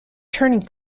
turning